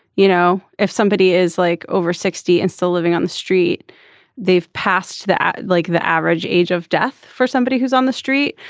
you know if somebody is like over sixty and still living on the street they've passed that like the average age of death for somebody who's on the street.